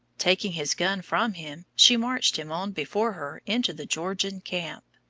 taking his gun from him, she marched him on before her into the georgian camp.